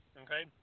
Okay